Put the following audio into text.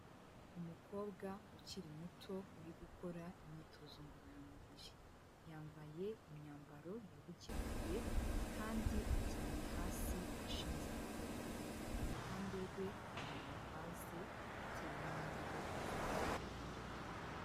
Umukobwa ukiri muto, uri gukora imyitozo ngororamubiri, yambaye imyambaro yabugenewe kandi aryamye hasi ashinze amaboko, iruhande rwe hari amavaze ateyemo indabo z'ubwoko butandukanye.